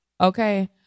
okay